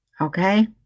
Okay